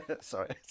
sorry